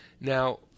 Now